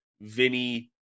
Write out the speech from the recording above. Vinny